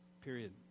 Period